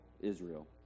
israel